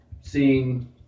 seeing